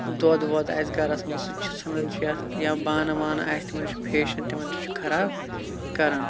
دۄد وۄد آسہِ گرَس منٛز سُہ تہِ چھُ ژھنان چیٚتھ یا بانہٕ وانہٕ آسہِ تِمن تہِ چھُ فیشن تِمن تہِ چھُ خراب کران